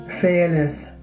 fearless